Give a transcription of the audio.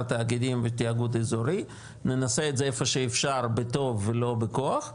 תאגידים ותיאגוד אזורי ונעשה את זה איפה שאפשר בטוב ולא בכוח,